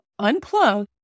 unplug